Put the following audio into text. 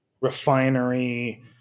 refinery